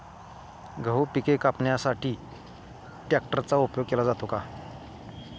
गहू पिके कापण्यासाठी ट्रॅक्टरचा उपयोग केला जातो का?